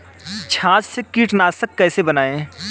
छाछ से कीटनाशक कैसे बनाएँ?